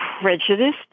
prejudiced